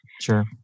Sure